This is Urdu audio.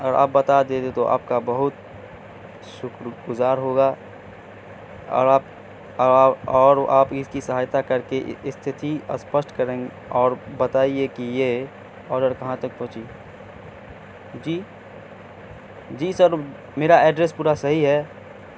ا آپ بتا دے دے تو آپ کا بہت سکر گزار ہوگا اور آپ اور آپ اس کی سہایتا کر کے استتھی اسپشٹ کریں گے اور بتائیے کہ یہ آرڈر کہاں تک پہنچی جی جی سر میرا ایڈریس پورا صحیح ہے